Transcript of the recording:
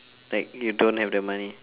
like you don't have the money